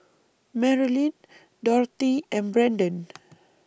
Marlyn Dorthy and Brandon